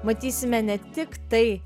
matysime ne tik tai